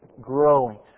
growing